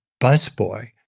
busboy